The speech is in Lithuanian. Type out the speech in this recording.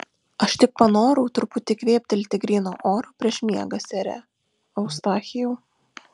aš tik panorau truputį kvėptelti gryno oro prieš miegą sere eustachijau